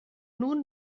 nun